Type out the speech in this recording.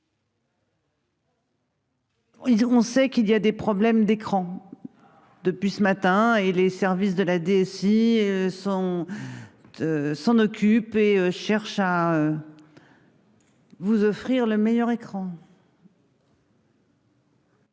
c'est qu'il y a des problèmes d'écran. Depuis ce matin et les services de la DSI sont. S'en occupe et cherche à. Vous offrir le meilleur écran.